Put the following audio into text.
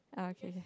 ah okay k